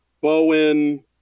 Bowen